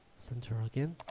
center again,